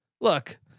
Look